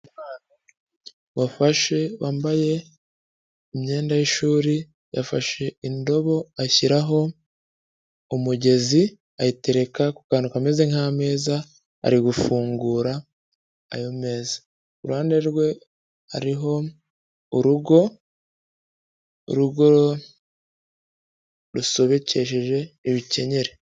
Wafashe wambaye imyenda y'ishuri yafashe indobo ashyiraho umugezi ayitereka ku kantumezeze nk'ameza ari gufungura ayo meza. Iruhande rwe hariho urugo rusobekesheje ibikenyeri.